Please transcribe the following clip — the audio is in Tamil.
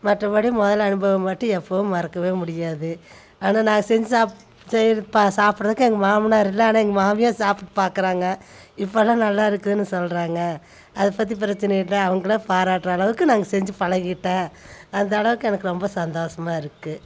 மற்றபடி முதல் அனுபவம் பற்றி எப்போவும் மறக்கவே முடியாது ஆனால் நான் செஞ்சு சாப்பிட் செய்கிற இப்போ சாப்பிட்றதுக்கு எங்கள் மாமனார் இல்லை ஆனால் எங்கள் மாமியார் சாப்பிட்டு பார்க்குறாங்க இப்போலாம் நல்லா இருக்குதுன்னு சொல்கிறாங்க அதை பற்றி பிரச்சனை இல்லை அவங்களே பாராட்டுகிற அளவுக்கு நாங்கள் செஞ்சு பழகிட்டேன் அந்த அளவுக்கு எனக்கு ரொம்ப சந்தோஷமாக இருக்குது